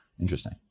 Interesting